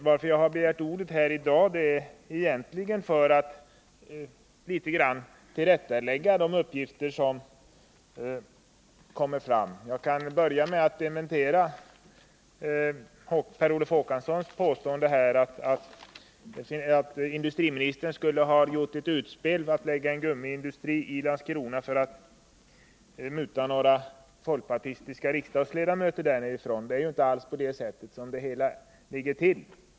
Jag har egentligen begärt ordet här i dag för att litet tillrättalägga de uppgifter som har lämnats. Jag kan börja med att dementera Per Olof Håkanssons påstående att industriministern skulle ha gjort ett utspel om att lägga en gummiindustri i Landskrona för att muta några folkpartistiska riksdagsledamöter därifrån. Det är inte alls på det sättet som det hela ligger till.